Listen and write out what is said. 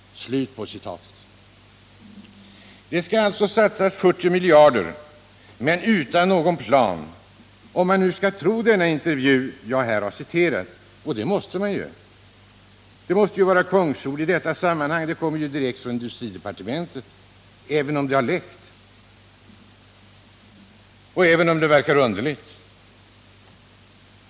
Det skall alltså satsas 40 miljarder men utan någon plan, om man nu skall tro den intervju jag här har refererat, och det måste man ju. Det måste vara fråga om kungsord i detta sammanhang, eftersom de kommer från industridepartementet, även om de bara har läckt ut och även om det verkar underligt.